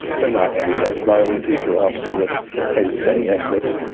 they're not endless, my old teacher austin would hate saying endless.